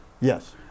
Yes